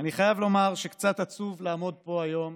אני חייב לומר שקצת עצוב לעמוד פה היום